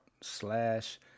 slash